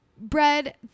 Bread